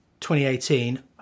2018